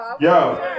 Yo